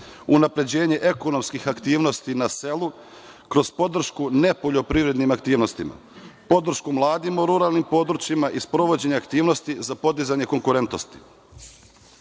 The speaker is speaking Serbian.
unapređenje ekonomskih aktivnosti na selu kroz podršku nepoljoprivrednim aktivnostima, podršku mladima u ruralnim područjima i sprovođenja aktivnosti za podizanje konkurentnosti.S